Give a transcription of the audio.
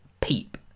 PEEP